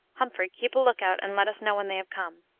humphrey, keep a look-out and let us know when they come.